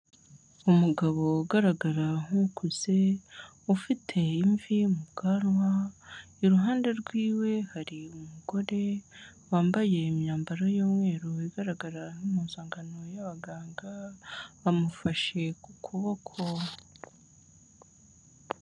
Umugabo ugaragara nk'ukuze, ufite imvi mu bwanwa, iruhande rwiwe hari umugore wambaye imyambaro y'umweru, igaragara nk'impuzangano y'abaganga, bamufashe ku kuboko.